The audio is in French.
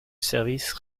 service